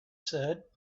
said